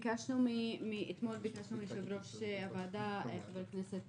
אתמול ביקשנו מיושב-ראש הוועדה חבר הכנסת